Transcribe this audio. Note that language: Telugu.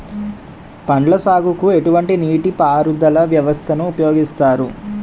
పండ్ల సాగుకు ఎటువంటి నీటి పారుదల వ్యవస్థను ఉపయోగిస్తారు?